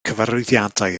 cyfarwyddiadau